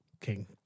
King